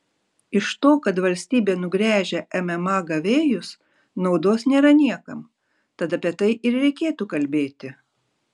iš to kad valstybė nugręžia mma gavėjus naudos nėra niekam tad apie tai ir reikėtų kalbėti